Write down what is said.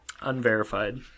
Unverified